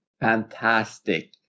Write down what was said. fantastic